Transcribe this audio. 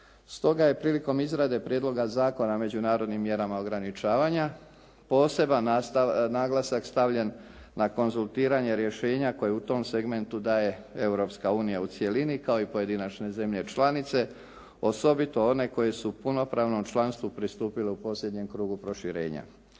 Stoga je prilikom izrade Prijedloga zakona međunarodnim mjerama ograničavanja poseban naglasak stavljen na konzultiranje rješenja koje u tom segmentu daje Europska unija u cjelini kao i pojedinačne zemlje članice osobito one koje su punopravnom članstvu pristupile u posljednjem krugu proširenja.